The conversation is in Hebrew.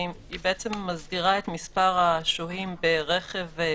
היא מסדירה את מספר השוהים ברכב פרטי.